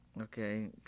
Okay